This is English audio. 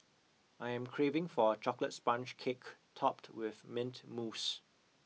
I am craving for a chocolate sponge cake topped with mint mousse